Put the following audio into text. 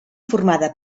formada